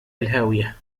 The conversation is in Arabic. الهاوية